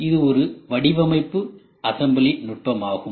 இது ஒரு வடிவமைப்பு அசெம்பிளி நுட்பமாகும்